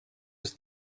his